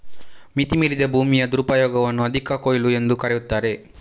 ಮಿತಿ ಮೀರಿದ ಭೂಮಿಯ ದುರುಪಯೋಗವನ್ನು ಅಧಿಕ ಕೊಯ್ಲು ಎಂದೂ ಕರೆಯುತ್ತಾರೆ